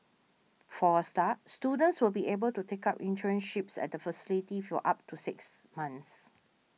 for a start students will be able to take up internships at the facility for up to six months